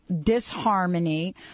disharmony